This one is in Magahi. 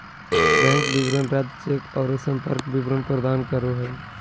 बैंक विवरण रद्द चेक औरो संपर्क विवरण प्रदान करो हइ